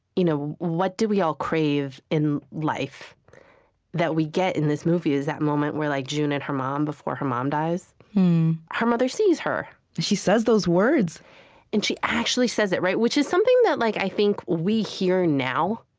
you know what we all crave in life that we get in this movie is that moment where like june and her mom, before her mom dies her mother sees her she says those words and she actually says it, which is something that like i think we hear now,